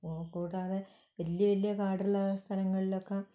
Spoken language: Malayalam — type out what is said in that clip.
കൂടാതെ വലിയ വലിയ കാടുള്ള സ്ഥലങ്ങളിലൊക്കെ